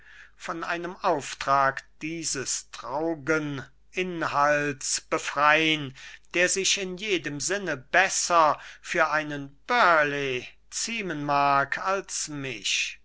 von einem auftrag dieses traur'gen inhalts befrein der sich in jedem sinne besser für einen burleigh ziemen mag als mich